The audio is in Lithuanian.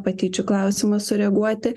patyčių klausimą sureaguoti